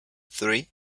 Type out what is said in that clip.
three